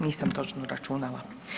Nisam točno računala.